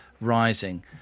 rising